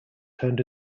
turned